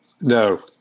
No